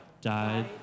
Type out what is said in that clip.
died